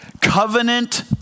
Covenant